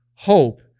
Hope